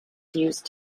fused